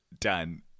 done